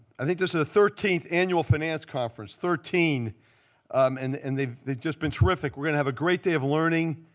i think this is the thirteenth annual finance conference, thirteen um and and they've just been terrific. we're going to have a great day of learning.